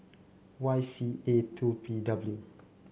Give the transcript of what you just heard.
Y C A two P W